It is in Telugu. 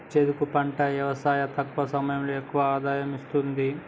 చెరుకు పంట యవసాయం తక్కువ సమయంలో ఎక్కువ ఆదాయం ఇస్తుంది